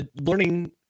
Learning